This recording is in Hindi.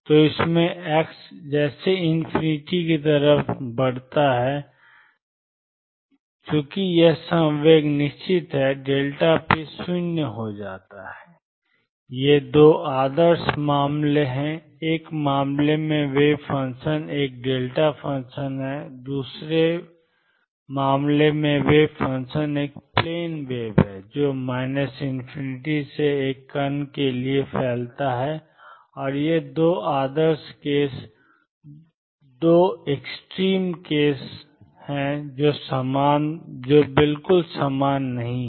तो इसमें x→∞ जबकि चूंकि यह संवेग निश्चित है p0 ये दो आदर्श मामले हैं एक मामले में वेव फंक्शन एक δ फ़ंक्शन है दूसरे केस वेव फंक्शन एक प्लेन वेव है जो ∞ से एक कण के लिए फैलता है ये दो आदर्श केस 2 एक्सट्रीम केस हैं जो समान नहीं हैं